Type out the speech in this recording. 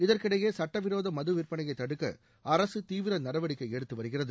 இதற்கிடையே சட்ட விரோத மது விற்பனையை தடுக்க அரசு தீவிர நடவடிக்கை எடுத்து வருகிறது